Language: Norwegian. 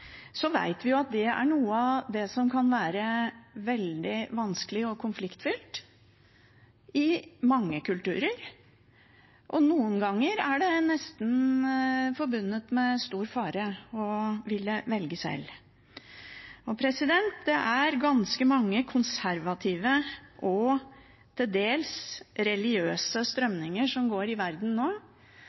vi at det er noe av det som kan være veldig vanskelig og konfliktfylt i mange kulturer, og noen ganger er det nesten forbundet med stor fare å ville velge selv. Det er ganske mange konservative og til dels religiøse strømninger i verden nå.